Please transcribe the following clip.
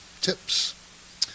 tips